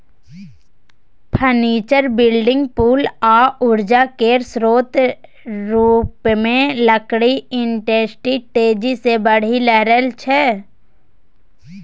furniture, building, पुल आ उर्जा केर स्रोत रुपमे लकड़ी इंडस्ट्री तेजी सँ बढ़ि रहल छै